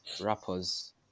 rappers